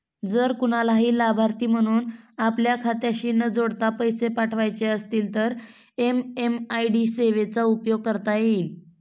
जर कुणालाही लाभार्थी म्हणून आपल्या खात्याशी न जोडता पैसे पाठवायचे असतील तर एम.एम.आय.डी सेवेचा उपयोग करता येईल